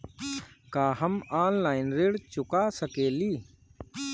का हम ऑनलाइन ऋण चुका सके ली?